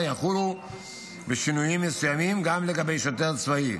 יחולו בשינויים מסוימים גם על שוטר צבאי